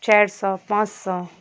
चारि सओ पाँच सओ